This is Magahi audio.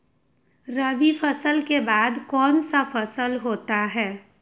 रवि फसल के बाद कौन सा फसल होता है?